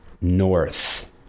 north